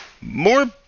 More